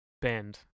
bend